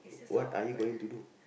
what are you going to do